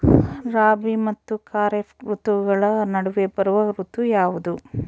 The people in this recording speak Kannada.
ರಾಬಿ ಮತ್ತು ಖಾರೇಫ್ ಋತುಗಳ ನಡುವೆ ಬರುವ ಋತು ಯಾವುದು?